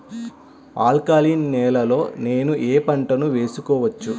Alkaline నేలలో నేనూ ఏ పంటను వేసుకోవచ్చు?